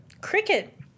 cricket